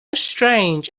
strange